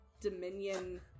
Dominion